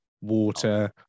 water